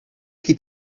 qui